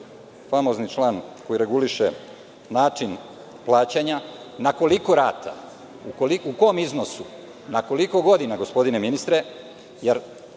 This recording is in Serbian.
famozni član koji reguliše način plaćanja. Na koliko rata, u kom iznosu, na koliko godina, gospodine ministre?